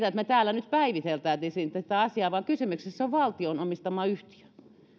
että me täällä nyt päivittelisimme tätä asiaa vaan kysymyksessä on valtion omistama yhtiö